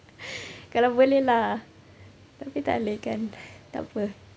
kalau boleh lah tapi tak boleh kan takpe